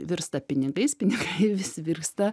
virsta pinigais pinigai vis virsta